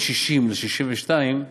מ-60 ל-62,